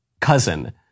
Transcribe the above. cousin